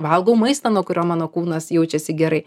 valgau maistą nuo kurio mano kūnas jaučiasi gerai